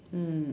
mm